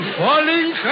falling